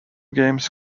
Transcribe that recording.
games